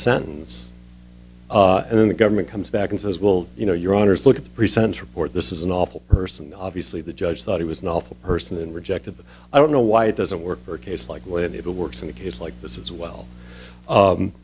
sentence and then the government comes back and says well you know your honour's look at the present report this is an awful person obviously the judge thought he was an awful person and rejected them i don't know why it doesn't work for a case like when it works in a case like this as well